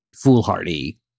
Foolhardy